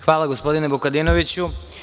Hvala, gospodine Vukadinoviću.